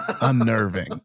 unnerving